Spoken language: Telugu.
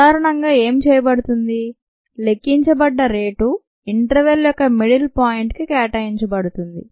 సాధారణంగా ఏమి చేయబడుతుంది లెక్కించబడ్డ రేటు ఇంటర్వెల్ యొక్క మిడిల్ పాయింట్ కేటాయించబడుతుంది